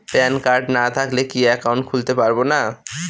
Pan card না থাকলে কি একাউন্ট খুলতে পারবো না?